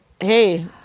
hey